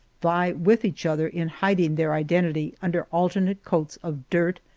vie with each other in hiding their identity under alternate coats of dirt,